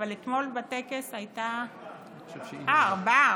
אבל אתמול בטקס הייתה, אה, ארבעה.